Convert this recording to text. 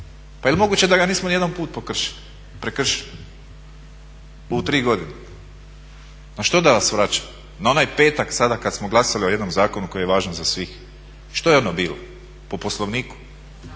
pa jel moguće da ga nismo nijednom prekršili u tri godine? Na što da vas vraćam? Na onaj petak sada kad smo glasali o jednom zakonu koji je važan za svih? Što je ono bilo? Po Poslovniku,